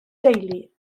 deulu